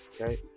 okay